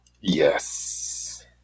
Yes